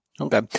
Okay